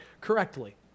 correctly